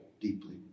deeply